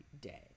day